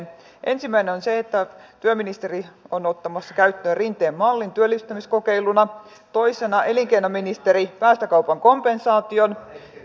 ensimmäinen on se että työministeri on ottamassa käyttöön rinteen mallin työllistämiskokeiluna toisena elinkeinoministeri päästökaupan kompensaation